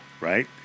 Right